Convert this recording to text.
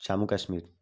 Jammu Kashmir